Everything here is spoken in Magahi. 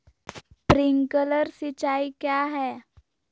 प्रिंक्लर सिंचाई क्या है?